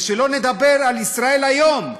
ושלא נדבר על "ישראל היום",